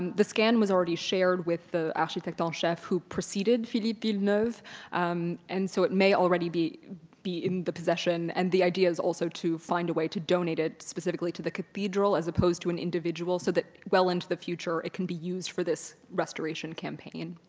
and the scan was already shared with the architecte en um chef who preceded philippe villeneuve and so it may already be be in the possession and the idea is also to find a way to donate it specifically to the cathedral as opposed to an individual so that well into the future, it can be used for this restoration campaign.